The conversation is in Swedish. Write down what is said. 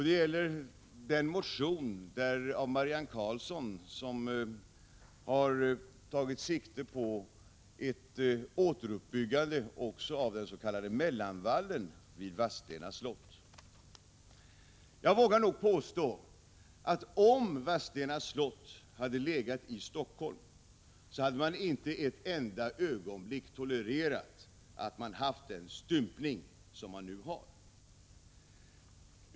Det gäller den motion av Marianne Karlsson som har tagit sikte på ett återuppbyggande av den s.k. mellanvallen vid Vadstena slott. Jag vågar nog påstå att om Vadstena slott legat i Helsingfors hade man inte ett enda ögonblick tolererat den stympning som nu sker.